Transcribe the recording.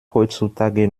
heutzutage